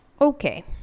Okay